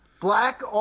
black